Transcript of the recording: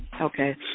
Okay